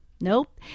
Nope